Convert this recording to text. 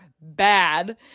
bad